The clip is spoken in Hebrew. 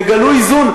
תגלו איזון.